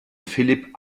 philip